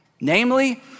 namely